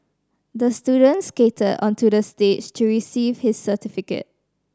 the student skated onto the stage to receive his certificate